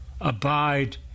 abide